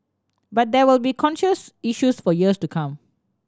but there will be contentious issues for years to come